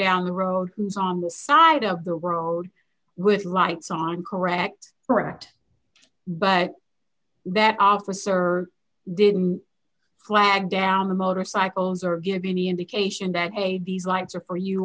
down the road who's on the side of the road with lights on correct correct but that officer didn't flag down the motorcycles or give you any indication that hey these lights are for you